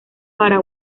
para